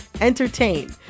entertain